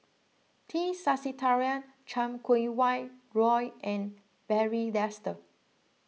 T Sasitharan Chan Kum Wah Roy and Barry Desker